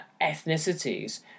ethnicities